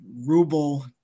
ruble